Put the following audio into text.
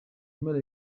mpera